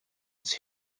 its